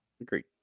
Agreed